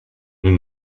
nous